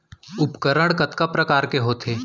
उपकरण कतका प्रकार के होथे?